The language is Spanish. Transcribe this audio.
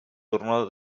turno